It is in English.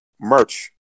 merch